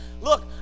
look